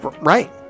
Right